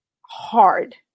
hard